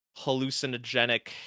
hallucinogenic